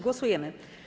Głosujemy.